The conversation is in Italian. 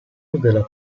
della